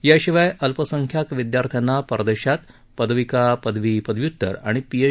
याशिवाय अल्पसंख्यांक विद्यार्थ्यांना परदेशात पदविका पदवी पदव्युत्तर आणि पीएच